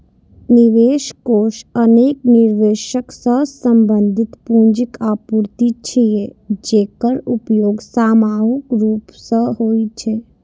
निवेश कोष अनेक निवेशक सं संबंधित पूंजीक आपूर्ति छियै, जेकर उपयोग सामूहिक रूप सं होइ छै